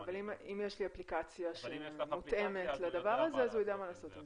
אבל אם יש לי אפליקציה שמותאמת לדבר הזה הוא יודע מה לעשות עם זה.